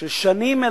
של שנים.